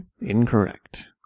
Incorrect